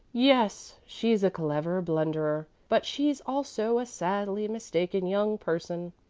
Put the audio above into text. yes, she's a clever blunderer, but she's also a sadly mistaken young person,